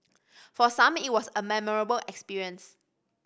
for some it was a memorable experience